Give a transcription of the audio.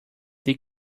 they